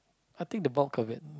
I think the bulk of it